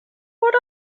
what